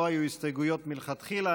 לא היו הסתייגויות מלכתחילה.